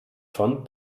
von